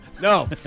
No